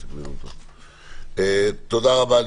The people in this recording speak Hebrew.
תודה רבה.